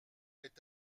est